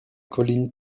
colline